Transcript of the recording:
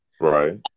Right